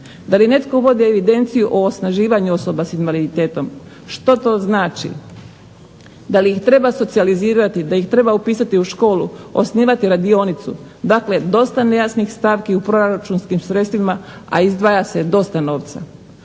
Da li netko vodi evidenciju o osnaživanju osoba sa invaliditetom? Što to znači? Da li ih treba socijalizirati, da li ih treba upisati u školu, osnivati radionicu. Dakle, dosta nejasnih stavki u proračunskim sredstvima a izdvaja se dosta novca.